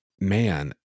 man